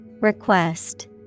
Request